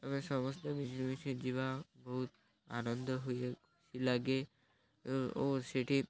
ଆମେ ସମସ୍ତେ ମିିଶି ଯିବା ବହୁତ ଆନନ୍ଦ ହୁଏ ଖୁସି ଲାଗେ ଓ ସେଠି